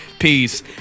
peace